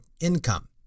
income